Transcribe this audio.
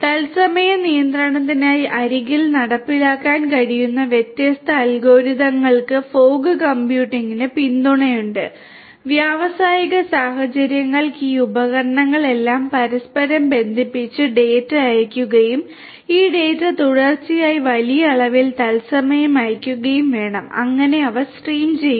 തത്സമയ നിയന്ത്രണത്തിനായി അരികിൽ നടപ്പിലാക്കാൻ കഴിയുന്ന വ്യത്യസ്ത അൽഗോരിതങ്ങൾക്ക് ഫോഗ് കമ്പ്യൂട്ടിംഗിന് പിന്തുണയുണ്ട് വ്യാവസായിക സാഹചര്യങ്ങൾക്ക് ഈ ഉപകരണങ്ങളെല്ലാം പരസ്പരം ബന്ധിപ്പിച്ച് ഡാറ്റ അയയ്ക്കുകയും ഈ ഡാറ്റ തുടർച്ചയായി വലിയ അളവിൽ തത്സമയം അയയ്ക്കുകയും വേണം അങ്ങനെ അവ സ്ട്രീം ചെയ്യുന്നു